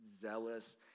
zealous